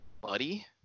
buddy